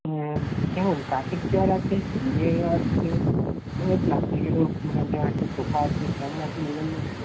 হুম শুনুন কাঠের চেয়ার আছে স্টিলেরও আছে আবার প্লাস্টিকেরও মোটামুটি আছে সোফা আছে কেমন আপনি নেবেন বলুন